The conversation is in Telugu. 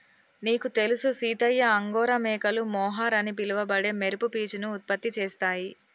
నీకు తెలుసు సీతయ్య అంగోరా మేకలు మొహర్ అని పిలవబడే మెరుపు పీచును ఉత్పత్తి చేస్తాయి